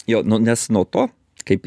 jo nu nes nuo to kaip